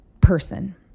person